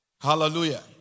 Hallelujah